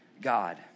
God